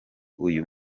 uyu